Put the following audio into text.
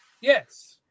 yes